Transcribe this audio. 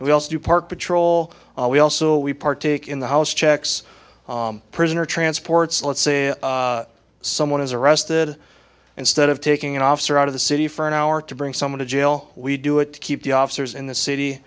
also do part patrol we also we partake in the house checks prisoner transports let's say someone is arrested instead of taking an officer out of the city for an hour to bring someone to jail we do it to keep the officers in the city